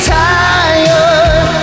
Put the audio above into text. tired